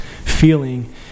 feeling